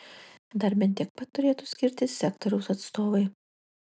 dar bent tiek pat turėtų skirti sektoriaus atstovai